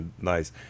nice